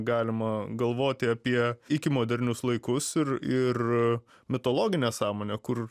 galima galvoti apie iki modernius laikus ir ir mitologinę sąmonę kur